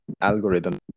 algorithm